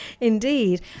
Indeed